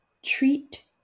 Treat